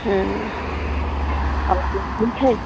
हैं अच्छा ठीक है